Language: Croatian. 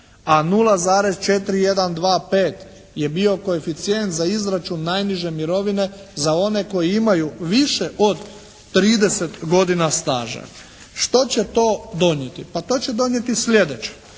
a 0,4125 je bio koeficijent za izračun najniže mirovine za one koji imaju više od 30 godina staža. Što će to donijeti? Pa to će donijeti sljedeće.